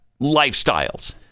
lifestyles